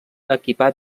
equipar